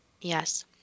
Yes